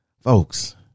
folks